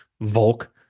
Volk